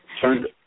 turned